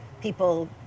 people